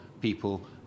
people